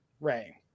Ray